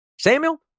Samuel